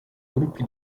gruppi